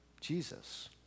Jesus